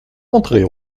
entrez